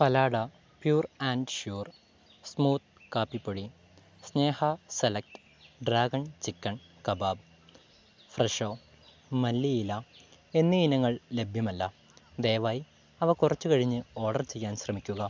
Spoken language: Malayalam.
Phalada pure and sure smooth കാപ്പി പൊടി Sneha select dragon chicken kebab Fresho മല്ലിയില എന്നീ ഇനങ്ങൾ ലഭ്യമല്ല ദയവായി അവ കുറച്ചു കഴിഞ്ഞ് ഓർഡർ ചെയ്യാൻ ശ്രമിക്കുക